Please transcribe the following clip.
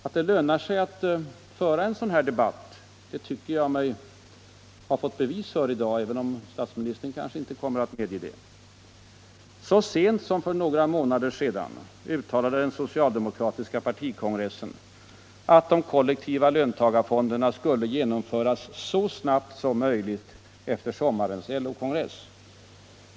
Att det lönar sig att föra en sådan debatt tycker jag mig ha fått bevis för i dag, även om statsministern kanske inte kommer att medge det. Så sent som för några månader sedan uttalade den socialdemokratiska partikongressen att de kollektiva löntagarfonderna skulle genomföras så snabbt som möjligt efter sommarens LO-kongress.